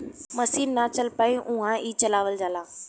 मसीन ना चल पाई उहा ई चलावल जाला